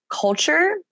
culture